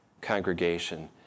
congregation